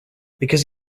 because